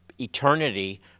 eternity